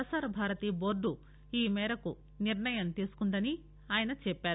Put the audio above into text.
ప్రసారభారతి టోర్టు ఈ మేరకు నిర్ణయం తీసుకుందని ఆయన తెలిపారు